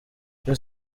icyo